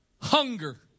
hunger